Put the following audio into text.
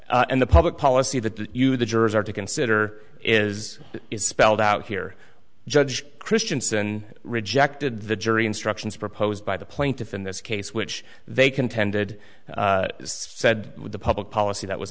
and the public policy that you the jurors are to consider is is spelled out here judge christianson rejected the jury instructions proposed by the plaintiff in this case which they contended said with the public policy that